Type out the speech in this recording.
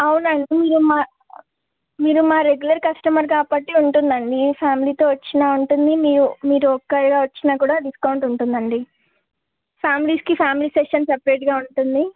అవునండి మీరు మా మీరు మా రెగ్యులర్ కస్టమర్ కాబట్టి ఉంటుందండి మీ ఫ్యామిలీతో వచ్చినా ఉంటుంది మీరు మీరు ఒక్కళ్ళే వచ్చినా కూడా డిస్కౌంట్ ఉంటుందండి ఫామిలీస్కి ఫ్యామిలీ సెక్షన్ సెపరేట్గా ఉంటుంది